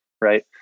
Right